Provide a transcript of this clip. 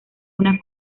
una